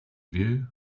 view